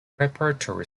preparatory